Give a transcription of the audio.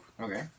Okay